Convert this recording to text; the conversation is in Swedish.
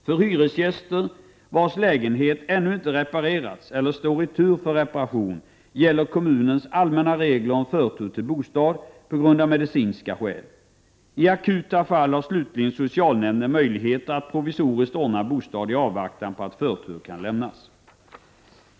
För hyresgäster, vars lägenhet ännu inte reparerats eller står i tur för reparation, gäller kommunens allmänna regler om förtur till bostad av medicinska skäl. I akuta fall har slutligen socialnämnden möjligheter att provisoriskt ordna bostad i avvaktan på att förtur kan lämnas.